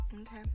okay